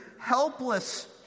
helpless